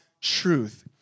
truth